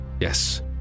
Yes